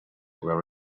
were